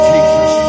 Jesus